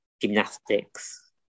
gymnastics